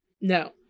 no